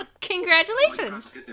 congratulations